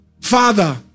father